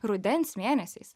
rudens mėnesiais